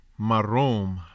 Marom